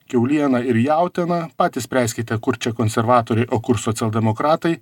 kiauliena ir jautiena patys spręskite kur čia konservatoriai o kur socialdemokratai